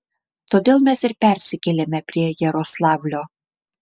todėl mes ir persikėlėme prie jaroslavlio